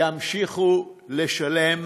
ימשיכו לשלם,